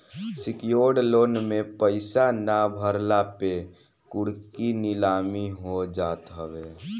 secured loan में पईसा ना भरला पे कुड़की नीलामी हो जात हवे